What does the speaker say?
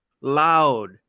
loud